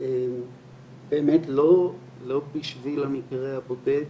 באמת לא בשביל המקרה הבודד,